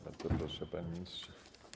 Bardzo proszę, panie ministrze.